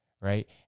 right